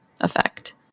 effect